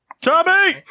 Tommy